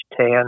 tan